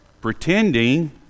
pretending